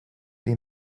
they